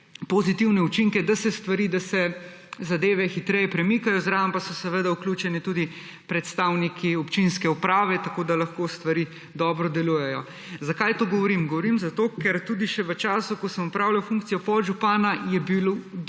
pozitivne učinke, da se stvari, da se zadeve hitreje premikajo. Zraven pa so vključeni tudi predstavniki občinske uprave, tako da lahko stvari dobro delujejo. Zakaj to govorim? Govorim zato, ker tudi še v času, ko sem opravljal funkcijo podžupana, je bilo